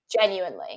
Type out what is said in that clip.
Genuinely